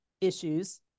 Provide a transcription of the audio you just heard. issues